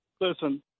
Listen